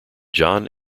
john